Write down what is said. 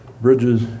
bridges